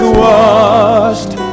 washed